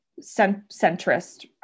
centrist